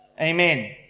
Amen